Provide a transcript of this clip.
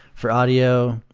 for audio,